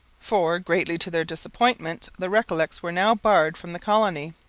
for, greatly to their disappointment, the recollets were now barred from the colony.